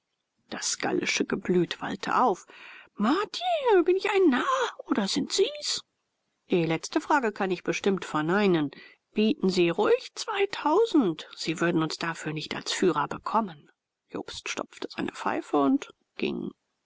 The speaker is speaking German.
das gallische geblüt wallte auf maudit bin ich ein narr oder sind sie's die letzte frage kann ich bestimmt verneinen bieten sie ruhig zweitausend sie würden uns dafür nicht als führer bekommen jobst stopfte seine pfeife und ging